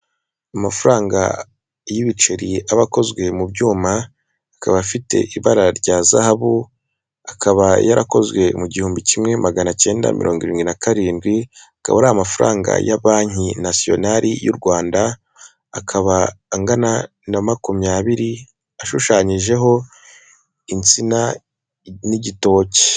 Amafaranga y'ibiceri aba akozwe mu byuma, akaba afite ibara rya zahabu, akaba yarakozwe mu gihumbi kimwe maganacyenda mirongo irindwi na karindwi, akaba ari amafaranga ya banki nasiyonari y'u Rwanda, akaba angana na makumyabiri ashushanyijeho insina n'igitoki.